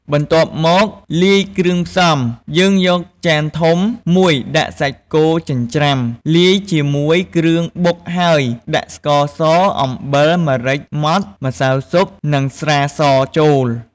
បន្ទាប់មក លាយគ្រឿងផ្សំ យើងយកចានធំមួយដាក់សាច់គោចិញ្ច្រាំ លាយជាមួយគ្រឿងបុកហើយ ដាក់ ស្ករស អំបិល ម្រេចម៉ដ្ឋ ម្សៅស៊ុប និងស្រាស ចូល។